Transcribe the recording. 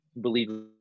believe